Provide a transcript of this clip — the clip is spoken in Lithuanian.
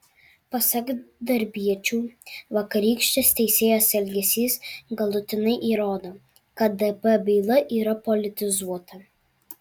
pasak darbiečių vakarykštis teisėjos elgesys galutinai įrodo kad dp byla yra politizuota